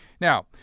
Now